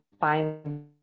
find